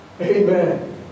Amen